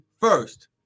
first